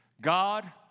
God